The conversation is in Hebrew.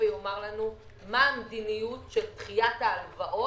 יאמר לנו מה המדיניות של דחיית ההלוואות,